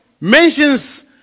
mentions